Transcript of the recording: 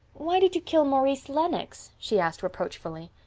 why did you kill maurice lennox? she asked reproachfully.